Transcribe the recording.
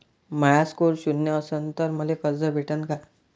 माया score शून्य असन तर मले कर्ज भेटन का?